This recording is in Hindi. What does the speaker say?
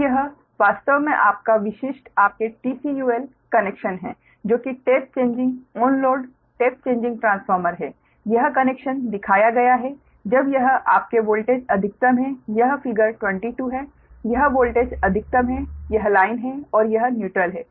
अब यह वास्तव में आपका विशिष्ट आपके TCUL कनेक्शन है जो कि tap changing on load tap changing transformer है यह कनेक्शन दिखाया गया है जब यह आपके वोल्टेज अधिकतम है यह फिगर 22 है यह वोल्टेज अधिकतम है यह लाइन है और यह न्यूट्रल है